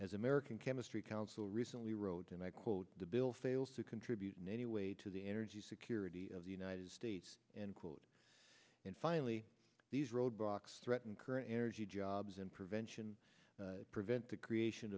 as american chemistry council recently wrote and i quote the bill fails to contribute in any way to the energy security of the united states and quote and finally these roadblocks threaten current energy jobs and prevention prevent the creation